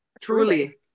Truly